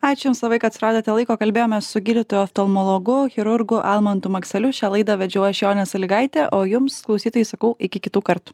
ačiū jums labai kad suradote laiko kalbėjomės su gydytoju oftalmologu chirurgu almantu makseliu šią laidą vedžiau aš jonė salygaitė o jums klausytojai sakau iki kitų kartų